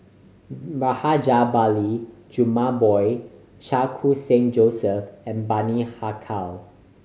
Rajabali Jumabhoy Chan Khun Sing Joseph and Bani Haykal